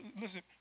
listen